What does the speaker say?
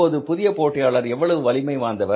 இப்போது புதிய போட்டியாளர் எவ்வளவு வலிமை வாய்ந்தவர்